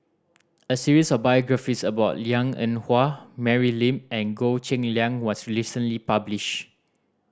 a series of biographies about Liang Eng Hwa Mary Lim and Goh Cheng Liang was recently published